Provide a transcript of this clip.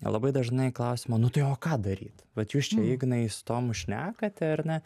labai dažnai klausiama nu tai o ką daryt bet jūs čia ignai su tomu šnekate ar ne